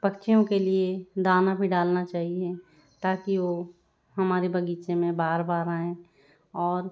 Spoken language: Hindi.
पक्षियों के लिए दाना भी डालना चाहिए ताकि वो हमारे बगीचे में बार बार आएं और